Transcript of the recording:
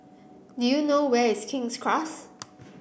do you know where is King's Close